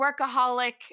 workaholic